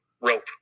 rope